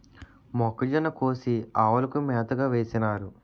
మొక్కజొన్న కోసి ఆవులకు మేతగా వేసినారు